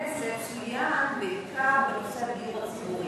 בכנסת צוין בעיקר בנושא הדיור הציבורי.